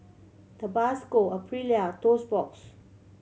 Tabasco Aprilia Toast Box